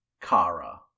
Kara